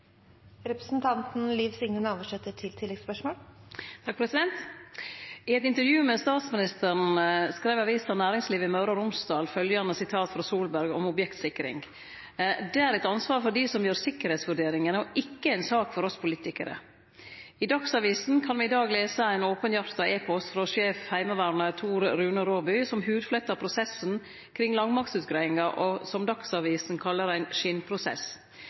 I eit intervju med statsminister Solberg skreiv avisa Næringsliv i Møre og Romsdal følgjande sitat frå statsministeren om objektsikring: «Det er et ansvar for de som gjør sikkerhetsvurderingene, og ikke en sak for oss politikere.» I Dagsavisen kan me i dag lese ein openhjarta e-post frå Sjef Heimevernet, Tor Rune Raabye, der han hudflettar prosessen kring landmaktsutgreiinga, som Dagsavisen kallar ein